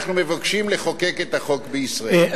אנחנו מבקשים לחוקק את החוק בישראל.